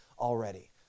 already